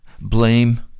blame